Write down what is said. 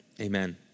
amen